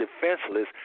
defenseless